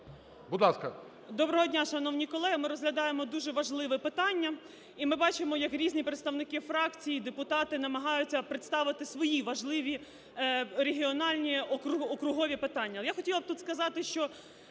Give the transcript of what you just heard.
Доброго дня, шановні колеги, ми розглядаємо дуже важливе питання, і ми бачимо, як різні представники фракцій і депутати намагаються представити свої важливі регіональні округові питання.